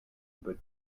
but